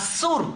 אסור.